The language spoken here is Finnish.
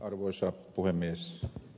arvoisa puhemies